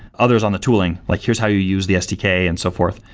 others on the tooling, like here's how you use the sdk and so forth.